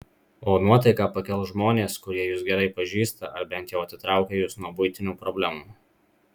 o nuotaiką pakels žmonės kurie jus gerai pažįsta ar bent jau atitraukia jus nuo buitinių problemų